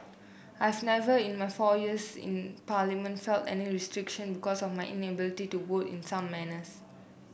I've never in my four years in parliament felt any restriction because of my inability to vote in some manners